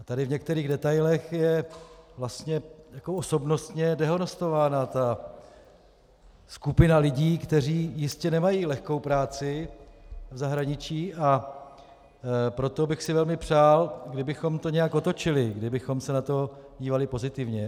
A tady v některých detailech je vlastně jako osobnostně dehonestována skupina lidí, kteří jistě nemají lehkou práci v zahraničí, a proto bych si velmi přál, kdybychom to nějak otočili, kdybychom se na to dívali pozitivně.